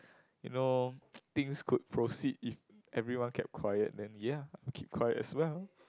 you know things could proceed if everyone kept quiet then ya I'll keep quiet as well